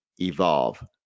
Evolve